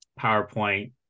powerpoint